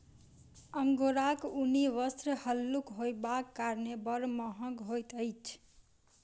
अंगोराक ऊनी वस्त्र हल्लुक होयबाक कारणेँ बड़ महग होइत अछि